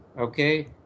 Okay